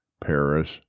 Paris